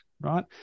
right